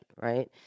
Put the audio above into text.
right